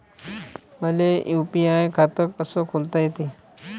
मले यू.पी.आय खातं कस खोलता येते?